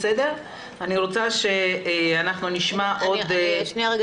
אני רוצה שנשמע עוד --- שנייה,